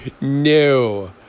No